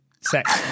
sex